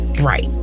Right